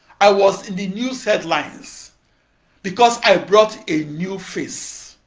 i was in the news headlines because i brought a new face,